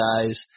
guys